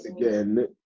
again